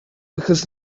because